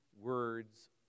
words